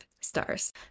stars